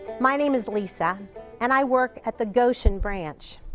my name is lisa and i work at the goshen branch.